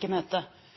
en